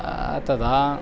तदा